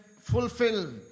fulfill